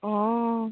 ꯑꯣ